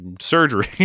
surgery